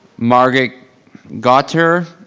margaret gother.